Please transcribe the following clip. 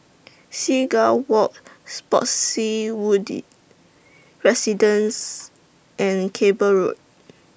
Seagull Walk Spottiswoode Residences and Cable Road